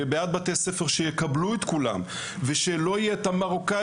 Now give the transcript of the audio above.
בעד בתי ספר שיקבלו את כולם ושלא יעשו הפרדות,